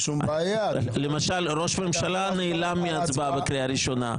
למשל ראש הממשלה נעלם מההצבעה בקריאה הראשונה.